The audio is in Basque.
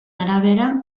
arabera